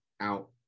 out